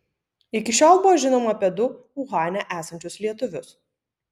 iki šiol buvo žinoma apie du uhane esančius lietuvius